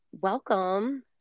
welcome